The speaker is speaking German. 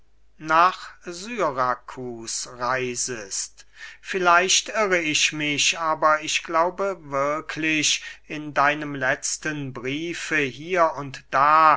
nach syrakus reisest vielleicht irre ich mich aber ich glaube wirklich in deinem letzten briefe hier und da